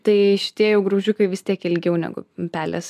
tai šitie jau graužikai vis tiek ilgiau negu pelės